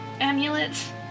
amulets